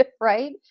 Right